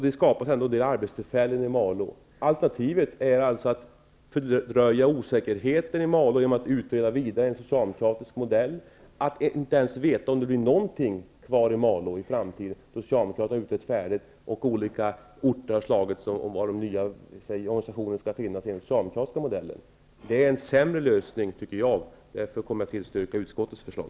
Det skapas då en del arbetstillfällen i Malå. Alternativet är att fördröja osäkerheten i Malå genom att utreda vidare enligt socialdemokratisk modell. Då vet man inte ens om det blir något kvar i Malå i framtiden när socialdemokraterna har utrett färdigt och olika orter har slagits om var den nya organisationen skall finnas enligt den socialdemokratiska modellen. Det tycker jag är en sämre lösning. Därför kommer jag att tillstyrka utskottets förslag.